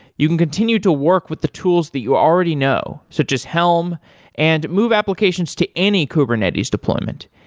you can continue to work with the tools that you already know, such as helm and move applications to any kubernetes deployment.